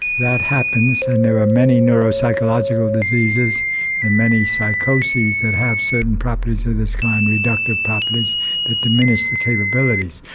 that happens and there are many neuropsychological diseases and many psychoses that have certain properties of this kind, reductive properties that diminish the capabilities.